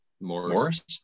Morris